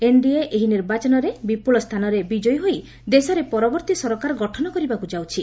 NDA ଏହି ନିର୍ବାଚନରେ ବିପୁଳ ସ୍ଥାନରେ ବିଜୟୀ ହୋଇ ଦେଶରେ ପରବର୍ତ୍ତୀ ସରକାର ଗଠନ କରିବାକୁ ଯାଉଛି